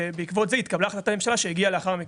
ובעקבות זה התקבלה החלטת ממשלה שהגיעה לאחר מכן,